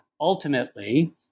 Ultimately